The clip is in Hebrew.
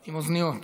עם אוזניות,